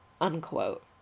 unquote